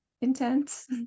intense